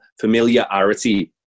familiarity